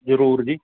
ਜ਼ਰੂਰ ਜੀ